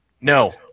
No